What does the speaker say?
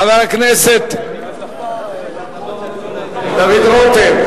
חבר הכנסת דוד רותם.